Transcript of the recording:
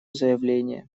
заявление